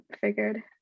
figured